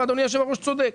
ואדוני יושב-הראש צודק,